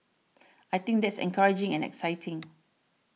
I think that's encouraging and exciting